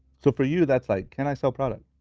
so for you that's like can i sell product?